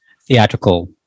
theatrical